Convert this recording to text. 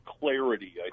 clarity